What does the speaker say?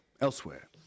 elsewhere